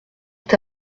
est